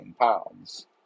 pounds